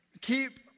keep